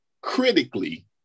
critically